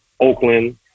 Oakland